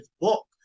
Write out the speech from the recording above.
book